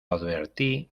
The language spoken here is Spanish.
advertí